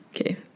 Okay